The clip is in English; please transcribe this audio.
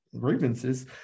grievances